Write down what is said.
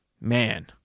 Man